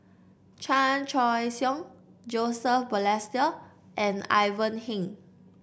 Chan Choy Siong Joseph Balestier and Ivan Heng